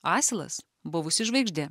asilas buvusi žvaigždė